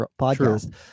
podcast